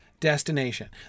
destination